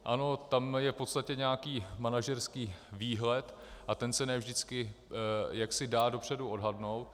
Ano, tam je v podstatě nějaký manažerský výhled a ten se ne vždycky dá dopředu odhadnout.